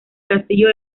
castillo